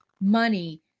money